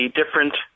different